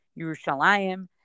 Yerushalayim